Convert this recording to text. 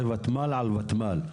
זה ותמ"ל על ותמ"ל,